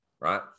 right